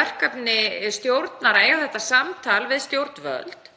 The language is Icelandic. verkefni stjórnar að eiga það samtal við stjórnvöld,